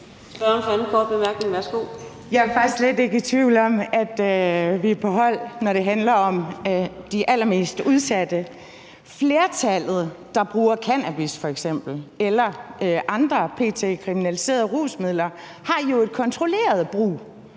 slet ikke tvivl om, at vi er på samme hold, når det handler om de allermest udsatte. Flertallet, der bruger cannabis f.eks. eller andre p.t. kriminaliserede rusmidler, har jo et kontrolleret brug